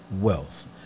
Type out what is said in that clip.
wealth